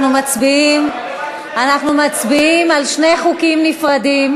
אנחנו מצביעים על שני חוקים נפרדים.